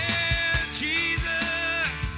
Jesus